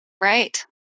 Right